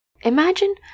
Imagine